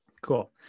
Cool